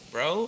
Bro